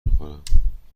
میخورم